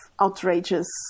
outrageous